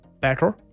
better